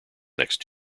next